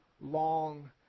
long